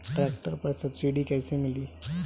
Tractor पर subsidy कैसे मिली?